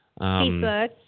Facebook